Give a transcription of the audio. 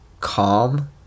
calm